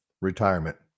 retirement